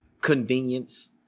convenience